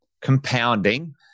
compounding